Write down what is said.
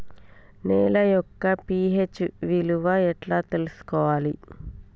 నేల యొక్క పి.హెచ్ విలువ ఎట్లా తెలుసుకోవాలి?